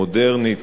מודרנית,